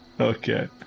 Okay